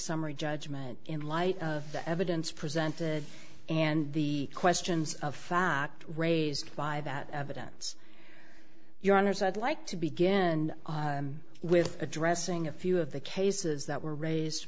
summary judgment in light of the evidence presented and the questions of fact raised by that evidence your honors i'd like to begin with addressing a few of the cases that were raised